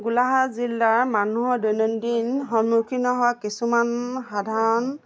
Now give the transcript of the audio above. গোলাঘাট জিলাৰ মানুহৰ দৈনন্দিন সন্মুখীন হোৱা কিছুমান সাধাৰণ